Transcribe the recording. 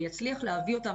ויצליח להביא אותם,